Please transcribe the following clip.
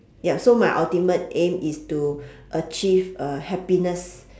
ya so my ultimate aim is to achieve uh happiness